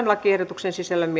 lakiehdotuksen sisällöstä